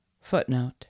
Footnote